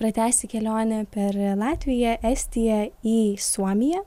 pratęsti kelionę per latviją estiją į suomiją